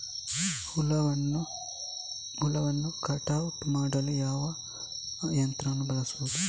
ಹುಲ್ಲನ್ನು ಕಟಾವು ಮಾಡಲು ಬಳಸುವ ಯಂತ್ರ ಯಾವುದು?